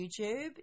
YouTube